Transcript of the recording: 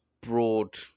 broad